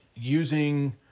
using